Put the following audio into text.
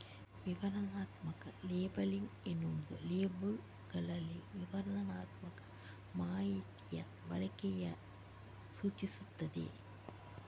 ವಿವರಣಾತ್ಮಕ ಲೇಬಲಿಂಗ್ ಎನ್ನುವುದು ಲೇಬಲ್ಲುಗಳಲ್ಲಿ ವಿವರಣಾತ್ಮಕ ಮಾಹಿತಿಯ ಬಳಕೆಯನ್ನ ಸೂಚಿಸ್ತದೆ